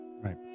Right